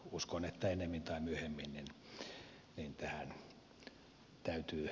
uskon että ennemmin tai myöhemmin tähän täytyy